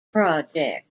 project